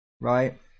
Right